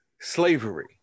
slavery